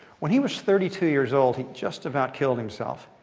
when he was thirty two years old, he just about killed himself.